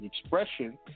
expression